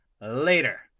Later